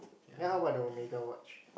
then how about the Omega watch